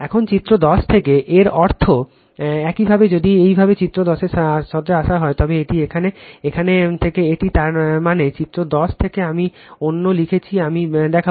এবং চিত্র 10 থেকে এর অর্থ একইভাবে যদি একইভাবে চিত্র 10 এ আসা হয় তবে এটি এখানে এখান থেকে এটি তার মানে চিত্র 10 থেকে আমি অন্য লিখছি আমি দেখাব